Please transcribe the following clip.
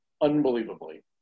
unbelievably